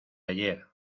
ayer